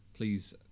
please